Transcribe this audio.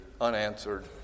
unanswered